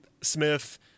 Smith